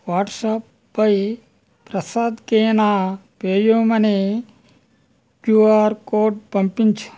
WhatsApp పై ప్రసాద్కి నా PayUmoney QR code పంపించు